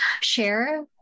share